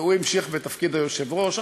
והוא המשיך בתפקיד היושב-ראש.